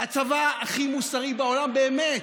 הצבא הכי מוסרי בעולם, באמת,